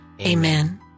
Amen